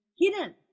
hidden